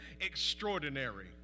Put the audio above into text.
extraordinary